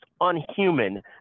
unhuman